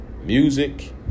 music